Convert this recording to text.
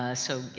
ah so you